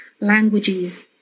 languages